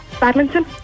badminton